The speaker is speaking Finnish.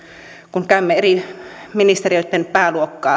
kun käymme eri ministeriöitten pääluokkia